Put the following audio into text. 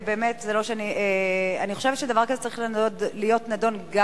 אני חושבת שדבר כזה צריך להיות נדון גם